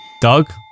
doug